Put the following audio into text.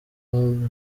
all